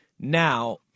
Now